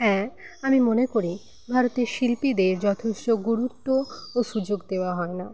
হ্যাঁ আমি মনে করি ভারতের শিল্পীদের যথেষ্ট গুরুত্ব ও সুযোগ দেওয়া হয় না